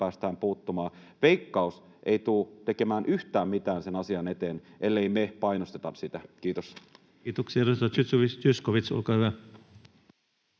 päästään puuttumaan. Veikkaus ei tule tekemään yhtään mitään sen asian eteen, ellei me painosteta sitä. — Kiitos. Kiitoksia. — Edustaja Zyskowicz, olkaa hyvä.